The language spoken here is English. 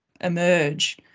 emerge